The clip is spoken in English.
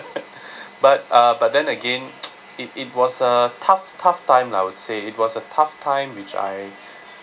but uh but then again it it was a tough tough time lah I would say it was a tough time which I